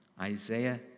Isaiah